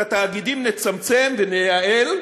את התאגידים נצמצם ונייעל,